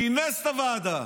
כינס את הוועדה.